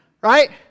Right